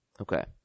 Okay